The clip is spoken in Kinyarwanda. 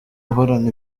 uhorana